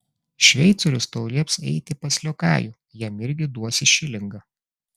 šveicorius tau lieps eiti pas liokajų jam irgi duosi šilingą